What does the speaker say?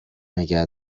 نگه